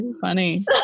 Funny